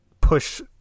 push